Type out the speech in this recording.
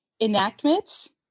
enactments